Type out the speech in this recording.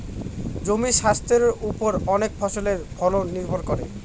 জমির স্বাস্থের ওপর অনেক ফসলের ফলন নির্ভর করে